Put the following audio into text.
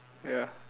ya